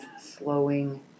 slowing